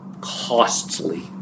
costly